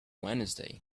wednesday